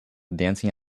dancing